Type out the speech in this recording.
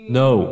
no